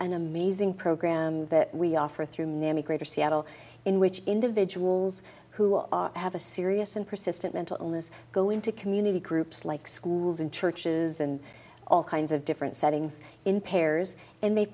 an amazing program that we offer through many greater seattle in which individuals who are have a serious and persistent mental illness go into community groups like schools and churches and all kinds of different settings in pairs and they